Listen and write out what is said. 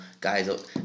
guys